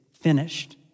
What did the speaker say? finished